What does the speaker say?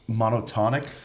monotonic